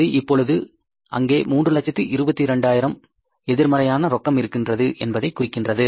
அது இப்பொழுது அங்கே 322000 எதிர்மறையான ரொக்கம் இருக்கின்றது என்பதை குறிக்கின்றது